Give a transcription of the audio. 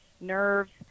nerves